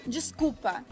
Desculpa